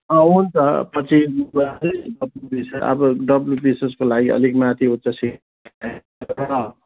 अँ हुन्छ पछि अब डब्लुबिसिएसको लागि अलिक माथि उच्च